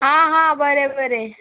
आं आं बरें बरें